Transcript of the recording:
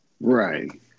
Right